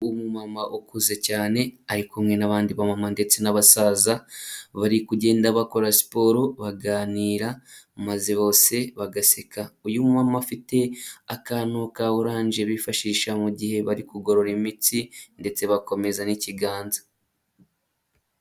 Umumama ukuze cyane ari kumwe n'abandi bamama ndetse n'abasaza, bari kugenda bakora siporo, baganira maze bose bagaseka. Uyu mumama bafite akantu ka oranje bifashisha mugihe bari kugorora imitsi ndetse bakomeza n'ikiganza.